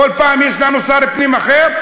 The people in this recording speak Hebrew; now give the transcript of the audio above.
כל פעם יש לנו שר פנים אחר,